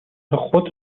خود